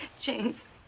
James